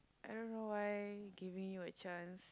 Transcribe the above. I don't know why giving you a chance